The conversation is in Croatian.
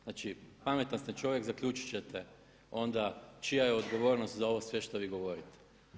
Znači pametan ste čovjek, zaključit ćete onda čija je odgovornost za ovo sve što vi govorite.